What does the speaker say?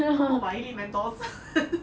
帮我买一粒 Mentos